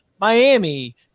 Miami